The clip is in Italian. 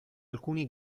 alcuni